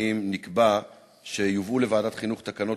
על-תיכוניים נקבע שיובאו לוועדת החינוך תקנות